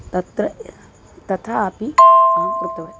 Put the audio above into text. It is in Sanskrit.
तत्र तथापि अहं कृतवती